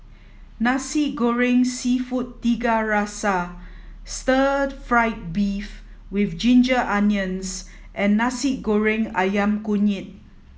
Nasi Goreng Seafood Tiga Rasa Stir Fried Beef with Ginger Onions and Nasi Goreng Ayam Kunyit